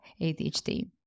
ADHD